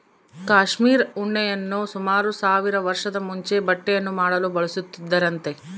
cashmere ಉಣ್ಣೆಯನ್ನು ಸುಮಾರು ಸಾವಿರ ವರ್ಷದ ಮುಂಚೆ ಬಟ್ಟೆಯನ್ನು ಮಾಡಲು ಬಳಸುತ್ತಿದ್ದರಂತೆ